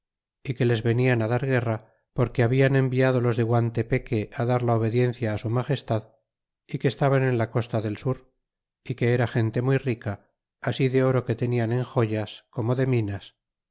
é que les venian dar guerra porque habían enviado los de guantepeque dar la obediencia su magestad y que estaban en la costa del sur y que era gente muy rica así de oro que tenian en joyas como de minas